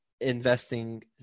investing